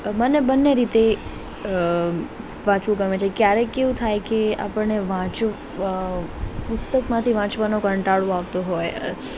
મને બંને રીતે વાંચવું ગમે છે ક્યારેક કેવું થાય કે આપણને વાંચવું પુસ્તકમાંથી વાંચવાનો કંટાળો આવતો હોય